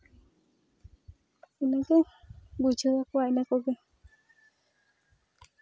ᱤᱱᱟᱹᱜᱮᱧ ᱵᱩᱡᱷᱟᱹᱣᱟᱠᱚᱣᱟ ᱤᱱᱟᱹ ᱠᱚᱜᱮ